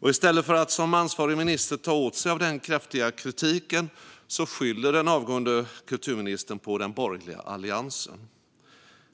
Och i stället för att som ansvarig minister ta åt sig av den kraftiga kritiken skyller den avgående kulturministern på den borgliga alliansen.